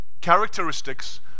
characteristics